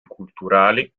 culturali